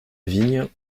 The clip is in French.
vigne